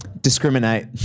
discriminate